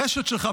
הרשת שלך,